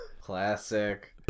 classic